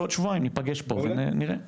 בעוד שבועיים ניפגש פה ונראה.